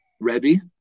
Rebbe